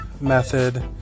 method